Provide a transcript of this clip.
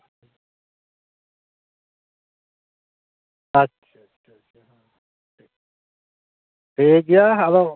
ᱟᱪᱪᱷᱟ ᱟᱪᱪᱷᱟ ᱴᱷᱤᱠᱜᱮᱭᱟ ᱟᱫᱚ